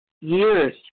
years